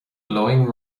blowing